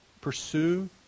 pursue